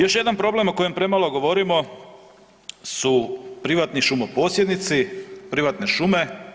Još jedan problem o kojem premalo govorimo su privatni šumoposjednici, privatne šume.